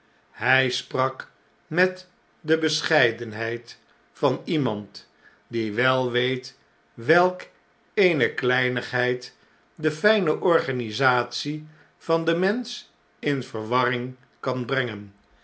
hy sprak met de bescheidenheid van iemand die wel weet welk eene kleinigheid defijneorganisatie van den mensch in verwarring kan brengen